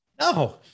No